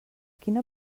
quina